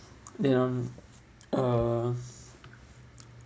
um uh